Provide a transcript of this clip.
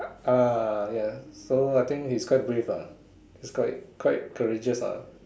ah ya so I think he's quite brave ah he's quite quite courageous ah